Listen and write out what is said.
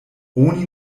oni